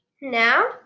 Now